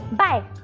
bye।